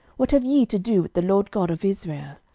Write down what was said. what have ye to do with the lord god of israel?